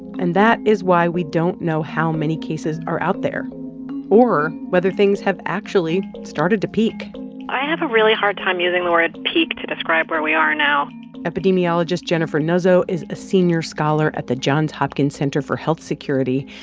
and that is why we don't know how many cases are out there or whether things have actually started to peak i have a really hard time using the word peak to describe where we are now epidemiologist jennifer nuzzo is a senior scholar at the johns hopkins center for health security,